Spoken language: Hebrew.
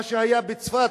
מה שהיה בצפת,